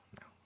No